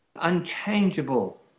unchangeable